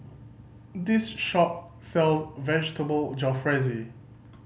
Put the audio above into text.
this shop sells Vegetable Jalfrezi